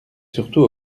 surtout